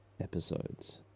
episodes